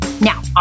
Now